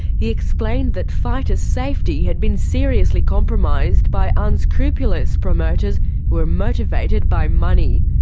he explained that fighters' safety had been seriously compromised by unscrupulous promoters who were motivated by money.